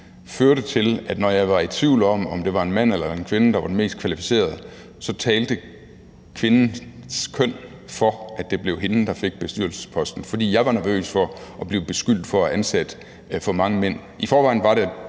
førte til, at når jeg var i tvivl om, om det var en mand eller en kvinde, der var den mest kvalificerede, så talte kvindens køn for, at det blev hende, der fik bestyrelsesposten, fordi jeg var nervøs for at blive beskyldt for at have ansat for mange mænd. I forvejen var der